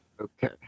Okay